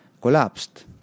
collapsed